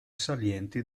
salienti